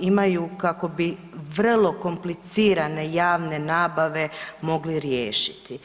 imaju kako bi vrlo komplicirane javne nabave mogli riješiti.